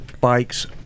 bikes